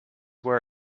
were